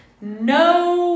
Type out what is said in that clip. No